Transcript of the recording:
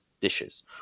dishes